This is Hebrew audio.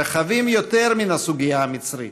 רחבים מן הסוגיה המצרית,